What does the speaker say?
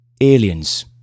Aliens